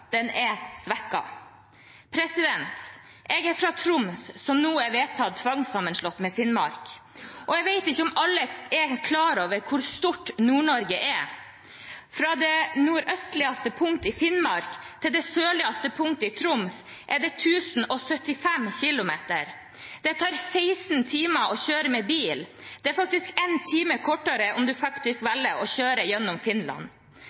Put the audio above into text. den er svekket. Jeg er fra Troms, som nå er vedtatt tvangssammenslått med Finnmark, og jeg vet ikke om alle er klar over hvor stort Nord-Norge er. Fra det nordøstligste punktet i Finnmark til det sørligste punktet i Troms er det 1 075 km. Det tar 16 timer å kjøre med bil. Det er faktisk én time kortere om en faktisk velger å kjøre gjennom Finland.